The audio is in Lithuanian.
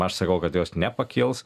aš sakau kad jos nepakils